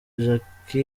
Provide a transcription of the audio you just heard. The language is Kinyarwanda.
jacky